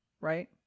right